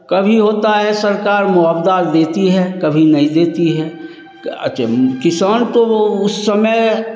कभी होता है सरकार मुआवज़ा देती है कभी नहीं देती है अच्छे किसान तो वह उस समय